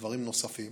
ודברים נוספים,